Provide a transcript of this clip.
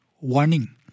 Warning